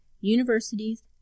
universities